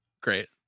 Great